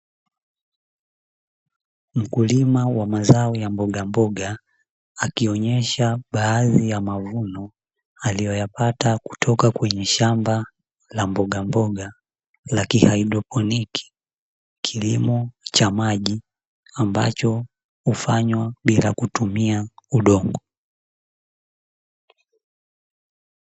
Mkulima wa mazao ya mbogamboga akionyesha baadhi ya mavuno aliyoyapata kutoka kwenye shamba la mboga mboga lakini haidroponiki kilimo cha maji, ambacho hufanywa bila kutumia udongo.